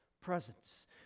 presence